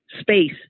space